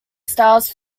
styles